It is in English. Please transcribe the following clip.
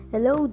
Hello